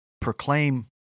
proclaim